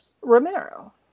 Romero